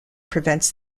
prevents